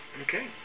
Okay